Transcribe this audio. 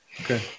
Okay